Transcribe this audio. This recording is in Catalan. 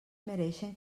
mereixen